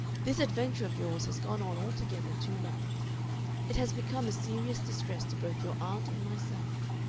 this adventure of yours has gone on altogether too long it has become a serious distress to both your aunt and myself.